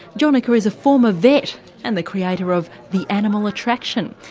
jonica is a former vet and the creator of the animal attraction,